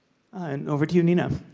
and over to you nina.